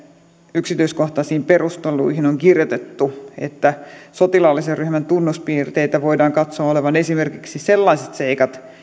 yksityiskohtaisiin perusteluihin on kirjoitettu että sotilaallisen ryhmän tunnuspiirteitä voidaan katsoa olevan esimerkiksi sellaiset seikat